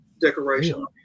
decoration